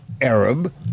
Arab